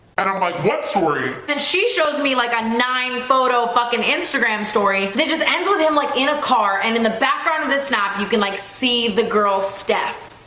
i don't like what's worried. then she shows me like a nine photo fucking instagram story they just ends with him like in a car and in the background of the snap you can like see the girl steph